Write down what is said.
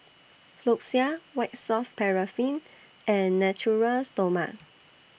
Floxia White Soft Paraffin and Natura Stoma